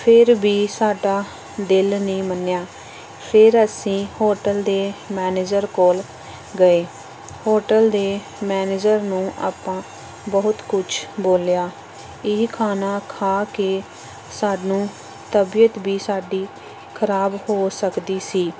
ਫਿਰ ਵੀ ਸਾਡਾ ਦਿਲ ਨਹੀਂ ਮੰਨਿਆ ਫਿਰ ਅਸੀਂ ਹੋਟਲ ਦੇ ਮੈਨੇਜਰ ਕੋਲ ਗਏ ਹੋਟਲ ਦੇ ਮੈਨੇਜਰ ਨੂੰ ਆਪਾਂ ਬਹੁਤ ਕੁਛ ਬੋਲਿਆ ਇਹ ਖਾਣਾ ਖਾ ਕੇ ਸਾਨੂੰ ਤਬੀਅਤ ਵੀ ਸਾਡੀ ਖ਼ਰਾਬ ਹੋ ਸਕਦੀ ਸੀ